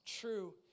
true